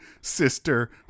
sister